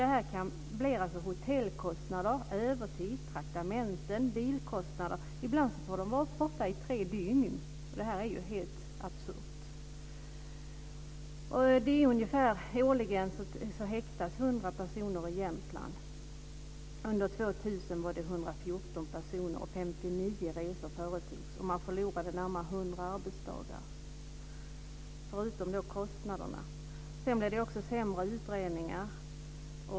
Det medför alltså hotellkostnader, övertid, traktamenten, bilkostnader. Ibland får de vara borta i tre dygn. Det är helt absurt. Årligen häktas ungefär 100 personer i Jämtland. Man förlorade närmare 100 arbetsdagar, förutom kostnaderna. Det blev också sämre utredningar.